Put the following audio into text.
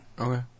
Okay